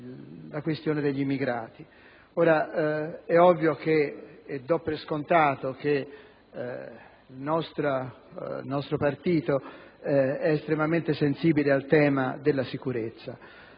la questione degli immigrati. È ovvio - lo do per scontato - che il nostro partito sia estremamente sensibile al tema della sicurezza,